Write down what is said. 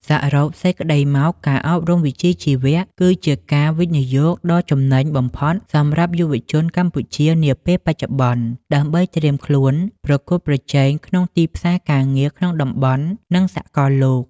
សរុបសេចក្ដីមក ការអប់រំវិជ្ជាជីវៈគឺជាការវិនិយោគដ៏ចំណេញបំផុតសម្រាប់យុវជនកម្ពុជានាពេលបច្ចុប្បន្ន ដើម្បីត្រៀមខ្លួនប្រកួតប្រជែងក្នុងទីផ្សារការងារក្នុងតំបន់ និងសកលលោក។